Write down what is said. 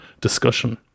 discussion